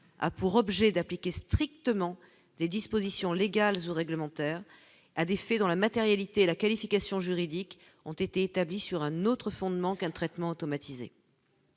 a pour objet d'appliquer strictement les dispositions légales ou réglementaires à des faits dans la matérialité la qualification juridique ont été établies sur un autre fondement qu'un traitement automatisé,